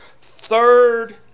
third